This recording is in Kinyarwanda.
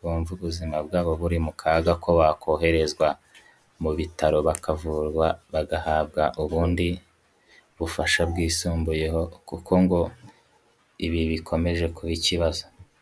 bumva ubuzima bwabo buri mu kaga ko bakoherezwa mu bitaro bakavurwa, bagahabwa ubundi bufasha bwisumbuyeho kuko ngo ibi bikomeje kuba ikibazo.